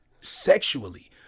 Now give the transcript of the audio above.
sexually